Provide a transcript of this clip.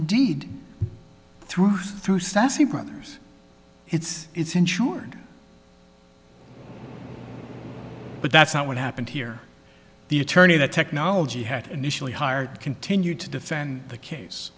indeed through through sassy brothers it's it's insured but that's not what happened here the attorney that technology had initially hired continue to defend the case